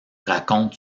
raconte